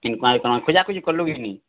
enquiry କାଣା ଖୋଜା ଖୋଜି କଲୁ କି ନାଇଁ